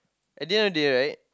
at the end of the day right